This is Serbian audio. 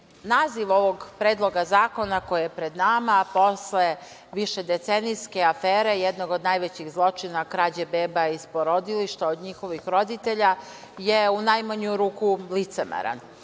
naziv ovog Predloga zakona koji je pred nama posle višedecenijske afere jednog od najvećih zločina – krađe beba iz porodilišta od njihovih roditelja je u najmanju ruku licemeran,